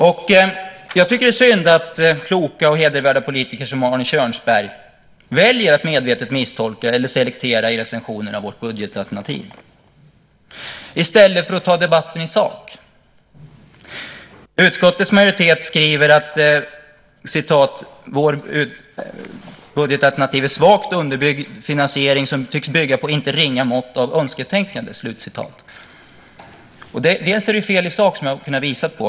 Jag tycker att det är synd att kloka och hedervärda politiker som Arne Kjörnsberg väljer att medvetet misstolka eller selektera i recensionen av vårt budgetalternativ i stället för att ta debatten i sak. Utskottets majoritet skriver att vårt budgetalternativ "har en svagt underbyggd finansiering som tycks bygga på ett inte ringa mått av önsketänkande". Detta är fel i sak, vilket jag kunnat visa på.